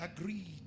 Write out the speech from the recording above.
agreed